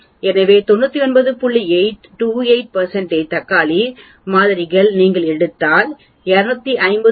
28 தக்காளி மாதிரிகள் நீங்கள் எடுத்தால் 250